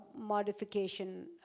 modification